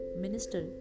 minister